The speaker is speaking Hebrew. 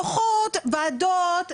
דוחות ועדות,